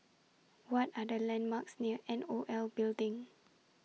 What Are The landmarks near N O L Building